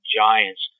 giants